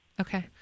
Okay